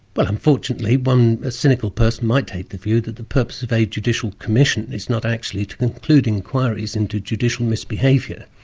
but unfortunately, but um a cynical person might take the view that the purpose of a judicial commission is not actually to conclude inquiries into judicial misbehaviour,